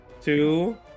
two